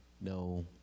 no